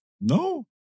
No